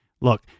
look